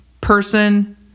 Person